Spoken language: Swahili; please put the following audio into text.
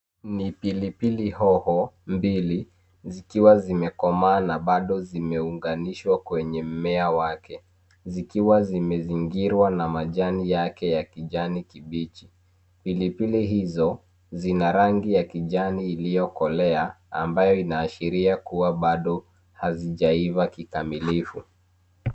Ni pilipilihoho mbili zikiwa zimekomaa na bado zimeunganishwa kwenye mmea wake zikiwa zimezingirwa na majani yake ya kijani kibichi. Pilipili hizo zina rangi ya kijani iliyokolea ambayo inaashiria kuwa bado hazijaiva kikamilifu.